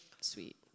sweet